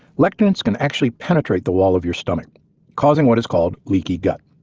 lectins can actually penetrate the wall of your stomach causing what is called leaky gut.